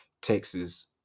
Texas –